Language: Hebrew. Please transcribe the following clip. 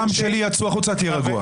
גם שלי יצאו החוצה, תהיה רגוע.